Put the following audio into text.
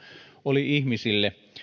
oli ihmisille